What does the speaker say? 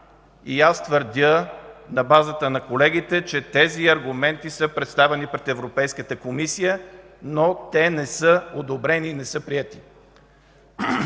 така. Твърдя на базата на колегите, че тези аргументи са представени пред Европейската комисия, но те не са одобрени и не са приети.